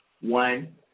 One